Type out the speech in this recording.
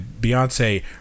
Beyonce